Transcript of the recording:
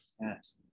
yes